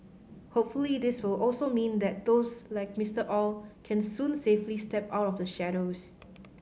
hopefully this will also mean that those like Mister Aw can soon safely step out of the shadows